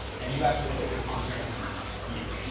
and you actually put your content here.